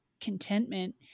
contentment